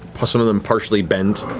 plus some of them partially bent